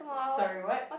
sorry what